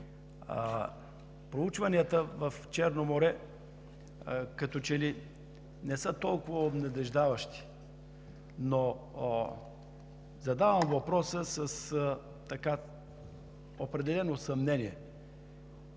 проучванията в Черно море. Те като че ли не са толкова обнадеждаващи, но задавам въпроса с определено съмнение: